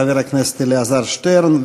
חבר הכנסת אלעזר שטרן,